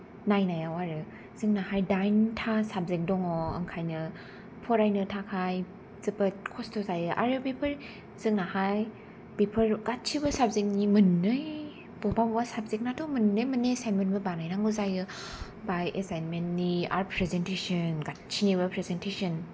नायनायाव आरो जोंनाहाय दाइन था साबजेक्ट दङ ओंखायनो फरायनो थाखाय जोबोत खस्त जायो आरो बेफोर जोंनाहाय बेफोर गासैबो साबजेक्टनि मोननै बबेबा बबेबा साबजेक्टनाथ' मोननै मोननै एसाइनमेन्टबो बानायनांगौ जायो बाय एसाइनमेन्टनि आरो प्रेजेनटेसन गासैनिबो प्रेजेनटेसन